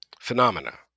phenomena